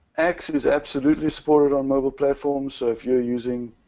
axe is absolutely supported on mobile platforms. so if you're using,